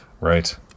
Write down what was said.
Right